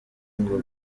ngo